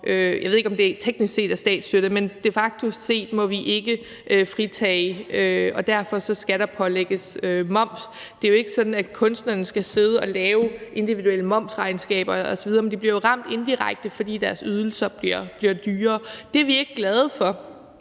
jeg ved ikke, om det teknisk set er statsstøtte, men de facto må vi ikke fritage det, og derfor skal der pålægges moms. Det er jo ikke sådan, at kunstnerne skal sidde og lave individuelle momsregnskaber osv., men de bliver jo ramt indirekte, fordi deres ydelser bliver gjort dyrere. Det er vi ikke glade for,